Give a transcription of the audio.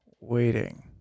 Waiting